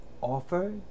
offer